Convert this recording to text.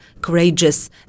courageous